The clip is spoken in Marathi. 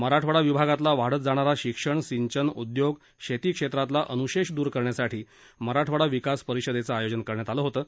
मराठवाडा विभागातला वाढत जाणारा शिक्षण सिंचन उद्योग शेती क्षेत्रातील अनुशेष दुर करण्यासाठी मराठवाडा विकास परिषदेच आयोजन करण्यात आलं होतं